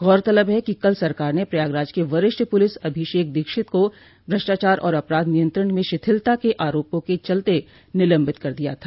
गौरतलब है कि कल सरकार ने प्रयागराज के वरिष्ठ प्रलिस अभिषेक दीक्षित को भ्रष्टाचार और अपराध नियंत्रण में शिथिलता के आरोपों के चलते निलम्बित कर दिया था